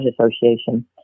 Association